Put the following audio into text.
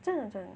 真的真的